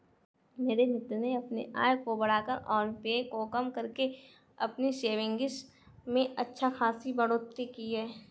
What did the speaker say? मेरे मित्र ने अपने आय को बढ़ाकर और व्यय को कम करके अपनी सेविंग्स में अच्छा खासी बढ़ोत्तरी की